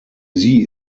sie